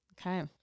Okay